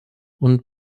und